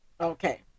Okay